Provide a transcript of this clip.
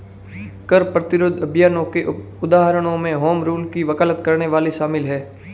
कर प्रतिरोध अभियानों के उदाहरणों में होम रूल की वकालत करने वाले शामिल हैं